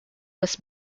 was